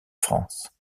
france